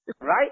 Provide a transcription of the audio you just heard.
Right